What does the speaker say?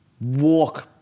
walk